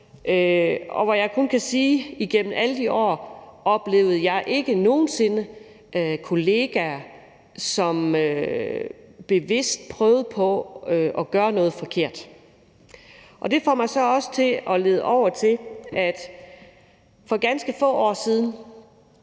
og jeg kan kun sige, at jeg igennem alle de år ikke nogen sinde oplevede kollegaer, som bevidst prøvede på at gøre noget forkert. Det leder mig så også over til, at vi for ganske få år siden